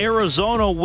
Arizona